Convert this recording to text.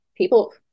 people